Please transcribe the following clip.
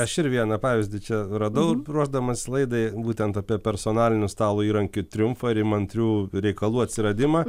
aš ir vieną pavyzdį čia radau ruošdamasis laidai būtent apie personalinių stalo įrankių triumfą ir įmantrių reikalų atsiradimą